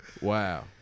Wow